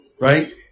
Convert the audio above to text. right